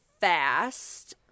fast